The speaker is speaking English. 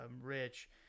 Rich